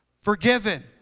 Forgiven